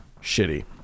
shitty